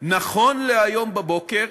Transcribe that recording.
נכון להיום בבוקר